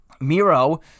Miro